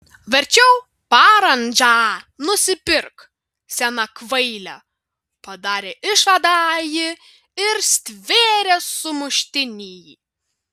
verčiau parandžą nusipirk sena kvaile padarė išvadą ji ir stvėrė sumuštinį